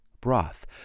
broth